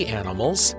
animals